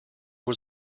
was